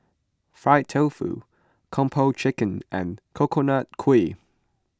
Fried Tofu Kung Po Chicken and Coconut Kuih